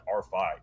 r5